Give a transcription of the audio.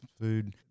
food